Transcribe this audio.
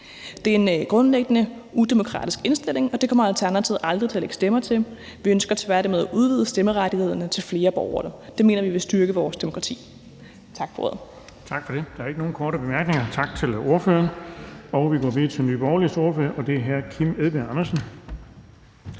Det er en grundlæggende udemokratisk indstilling, og det kommer Alternativet aldrig til at lægge stemmer til. Vi ønsker tværtimod at udvide stemmerettighederne til flere borgere. Det mener vi vil styrke vores demokrati. Tak for ordet. Kl. 20:35 Den fg. formand (Erling Bonnesen): Tak for det. Der er ikke nogen korte bemærkninger. Tak til ordføreren. Vi går videre til Nye Borgerliges ordfører, og det er hr. Kim Edberg Andersen.